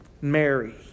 Mary